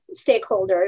stakeholders